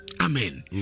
Amen